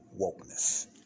wokeness